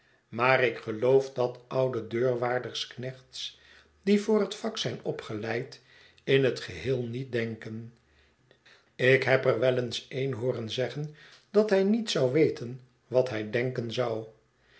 maar ik geloof dat oude deurwaardersknechts die voor het vak zijn opgeleid in het geheel niet denken ik heb er wel eens een hooren zeggen dat hij niet zou weten wat hij denken zou